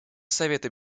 совета